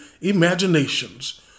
imaginations